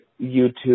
YouTube